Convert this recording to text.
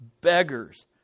beggars